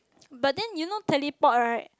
but then you know teleport right